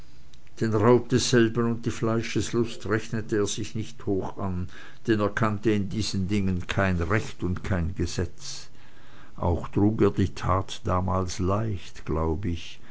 den raub desselben und die fleischeslust rechnete er sich nicht hoch an denn er kannte in diesen dingen kein recht und kein gesetz auch trug er die tat damals leicht glaub ich